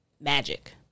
magic